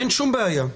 אין שום בעיה.